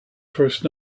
first